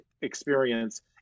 experience